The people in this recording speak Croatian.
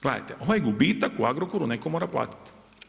Gledajte ovaj gubitak u Agrokoru netko mora platiti.